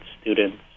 students